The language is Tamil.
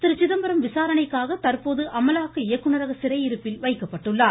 திரு சிதம்பரம் விசாரணைக்காக தற்போது அமலாக்க இயக்குநரக சிறையிருப்பில் வைக்கப்பட்டுள்ளார்